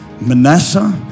Manasseh